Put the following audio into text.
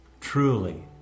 Truly